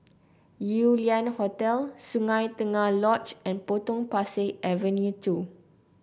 Yew Lian Hotel Sungei Tengah Lodge and Potong Pasir Avenue two